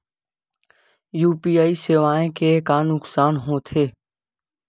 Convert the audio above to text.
UPI सेवाएं के का नुकसान हो थे?